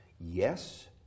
Yes